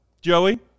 Joey